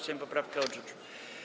Sejm poprawki odrzucił.